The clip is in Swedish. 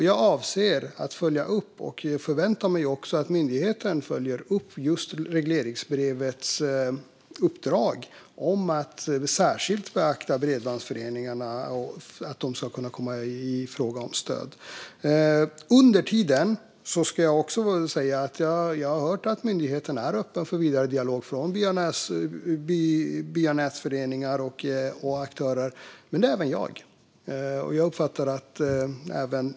Jag avser att följa upp detta och förväntar mig att myndigheten följer upp regleringsbrevets uppdrag att särskilt beakta bredbandsföreningarna och att de ska kunna komma i fråga för stöd. Jag har hört att myndigheten är öppen för vidare dialog med byanätsföreningar och andra aktörer, och det är även jag.